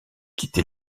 quitté